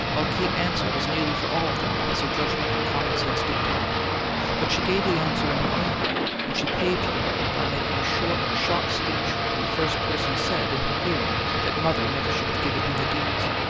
while kate answered as nearly for all of them as her judgment and common sense dictated but she gave the answer in her own way, and she paved the way by making a short, sharp speech when the first person said in her hearing that mother never should have given him the deeds.